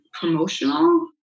promotional